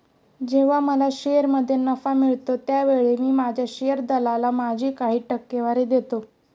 जेव्हा मला शेअरमध्ये नफा मिळतो त्यावेळी मी माझ्या शेअर दलालाला माझी काही टक्केवारी देतो